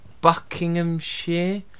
Buckinghamshire